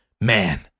Man